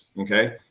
okay